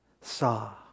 saw